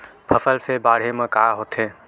फसल से बाढ़े म का होथे?